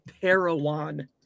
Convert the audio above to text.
Parowan